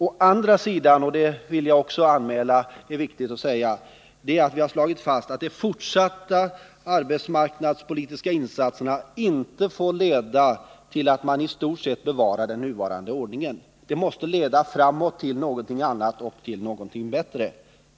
Å andra sidan har vi slagit fast att de fortsatta arbetsmarknadspolitiska insatserna inte får leda till att man i stort sett bevarar den nuvarande ordningen. De måste leda framåt till någonting annat och någonting bättre.